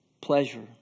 Pleasure